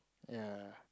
ya